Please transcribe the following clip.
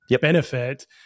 benefit